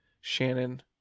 Shannon